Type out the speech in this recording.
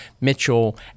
Mitchell